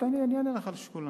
אני אענה לך על כולן.